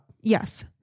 Yes